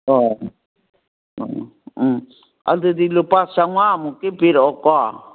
ꯑꯣ ꯎꯝ ꯑꯗꯨꯗꯤ ꯂꯨꯄꯥ ꯆꯥꯃꯉꯥ ꯃꯨꯛꯀꯤ ꯄꯤꯔꯛꯑꯣꯀꯣ